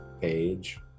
page